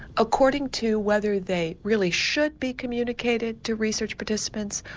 according to whether they really should be communicated to research participants,